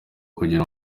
kugira